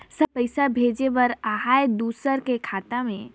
Sir पइसा भेजे बर आहाय दुसर के खाता मे?